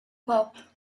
pope